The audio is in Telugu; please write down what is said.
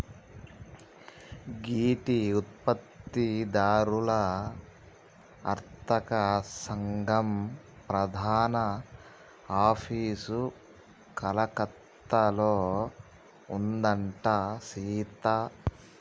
గీ టీ ఉత్పత్తి దారుల అర్తక సంగం ప్రధాన ఆఫీసు కలకత్తాలో ఉందంట సీత